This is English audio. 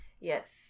Yes